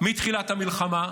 מתחילת המלחמה.